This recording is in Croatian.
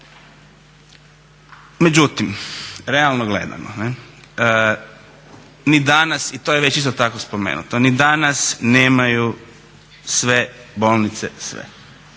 Međutim, realno gledano ni danas i to je već isto tako spomenuto. Ni danas nemaju sve bolnice sve